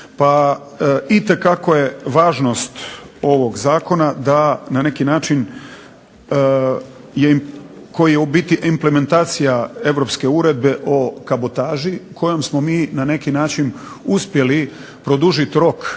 Pa itekako je važnost ovog zakona da na neki način je, koji je u biti implementacija europske uredbe o kabotaži, kojom smo mi na neki način uspjeli produžiti rok